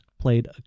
played